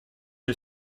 are